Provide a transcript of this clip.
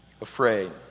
afraid